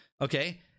Okay